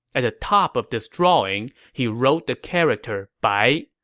at the top of this drawing, he wrote the character bai,